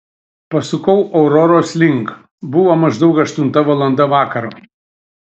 pasukau auroros link buvo maždaug aštunta valanda vakaro